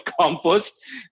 compost